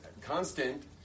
constant